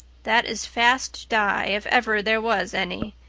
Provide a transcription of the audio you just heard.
that is fast dye if ever there was any.